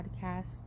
podcast